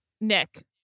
Nick